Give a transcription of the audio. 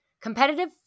Competitive